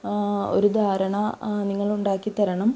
ഒരു ധാരണ നിങ്ങളുണ്ടാക്കിത്തരണം